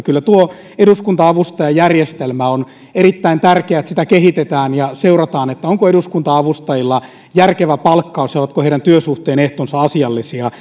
kyllä tuo eduskunta avustajajärjestelmä on erittäin tärkeä ja se että sitä kehitetään ja seurataan onko eduskunta avustajilla järkevä palkkaus ja ovatko heidän työsuhteidensa ehdot asiallisia